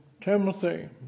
Timothy